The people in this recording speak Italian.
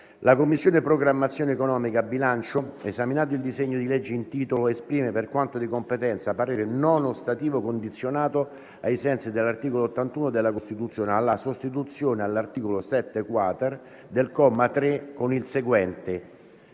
La Commissione programmazione economica, bilancio, esaminato il disegno di legge in titolo, esprime, per quanto di competenza, parere non ostativo condizionato, ai sensi dell’articolo 81 della Costituzione, alla sostituzione, all’articolo 7-quater, del comma 3 con il seguente: